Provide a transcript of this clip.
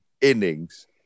innings